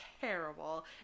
terrible